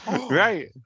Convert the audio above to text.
right